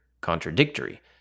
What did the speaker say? contradictory